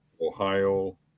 Ohio